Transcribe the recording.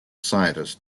scientists